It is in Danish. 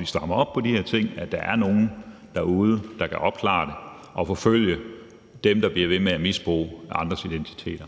vi strammer op på de her ting, at der er nogle derude, der kan opklare det og forfølge dem, der bliver ved med at misbruge andres identitet.